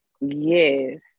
yes